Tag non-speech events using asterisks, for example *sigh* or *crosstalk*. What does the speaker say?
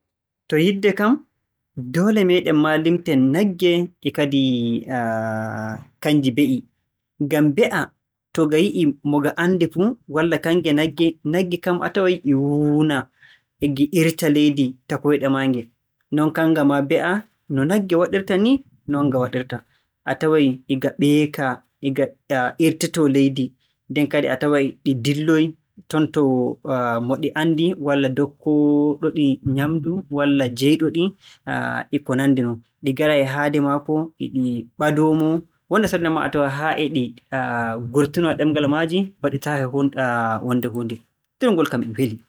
To yiɗde kam doole meeɗen maa limten nagge, e kadi *hesitation* kannji be'i. Ngam mbe'a to nga yi'ii mo nga anndi fuu walla kannge nagge, nagge kam a taway e nge wuuna e nge irta leydi ta koyɗe maage, non kannga maa mbe'a no nagge waɗirta ni, non nga wadta. A taway e nga ɓeeka e nga irtitoo leydi. Nden kadi a taway ɗi ndilloyii ton *hesitation* to mo ɗi anndi walla dokkooɗo-ɗi nyaamndu walla jeyɗo-ɗi *hesitation* e ko nanndi non. Ɗi ngaray haade maako, e ɗi ɓadoo-mo. Wonnde sarde nden maa a a taway haa e ɗi *hesitation* ngurtinowa ɗemngal maaji ba ɗi tahay hon- wonnde huunde. Durngol kam e weli.